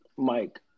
Mike